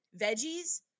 veggies